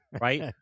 right